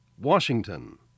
Washington